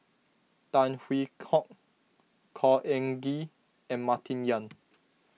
Tan Hwee Hock Khor Ean Ghee and Martin Yan